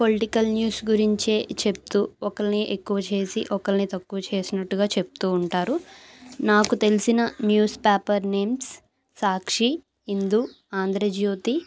political news గురించే చెప్తూ ఒకరిని ఎక్కువ చేసి ఒకరిని తక్కువ చేసినట్టుగా చెప్తూ ఉంటారు నాకు తెలిసిన newspaper names Sakshi Hindu Andhra Jyothi